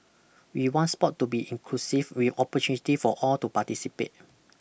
we want sport to be inclusive with opportunities for all to participate